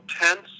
tense